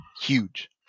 huge